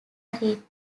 retreat